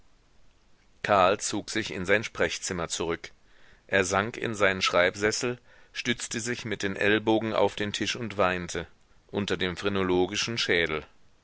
karl zog sich in sein sprechzimmer zurück er sank in seinen schreibsessel stützte sich mit den ellbogen auf den tisch und weinte unter dem phrenologischen schädel